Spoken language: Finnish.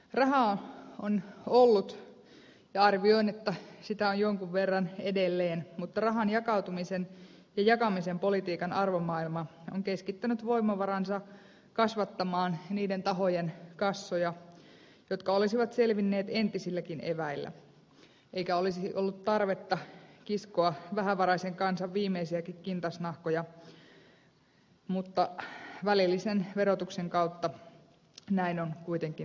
rahaa on ollut ja arvioin että sitä on jonkin verran edelleen mutta rahan jakautumisen ja jakamisen politiikan arvomaailma on keskittänyt voimavaransa kasvattamaan niiden tahojen kassoja jotka olisivat selvinneet entisilläkin eväillä eikä olisi ollut tarvetta kiskoa vähävaraisen kansan viimeisiäkin kintasnahkoja mutta välillisen verotuksen kautta näin on kuitenkin toimittu